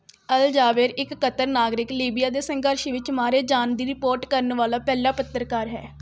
ਅਲ Jaber ਇੱਕ Qatar ਨਾਗਰਿਕ Libya ਦੇ ਸੰਘਰਸ਼ ਵਿੱਚ ਮਾਰੇ ਜਾਣ ਦੀ ਰਿਪੋਰਟ ਕਰਨ ਵਾਲਾ ਪਹਿਲਾ ਪੱਤਰਕਾਰ ਹੈ